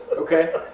okay